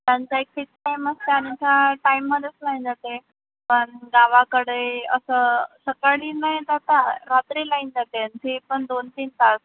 त्यांचा एक fix time असते आणि त्या टाईममध्येच लाईन जाते पण गावाकडे असं सकाळी नाही जाता रात्री लाईन जाते आणि जे पण दोन तीन तास